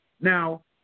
Now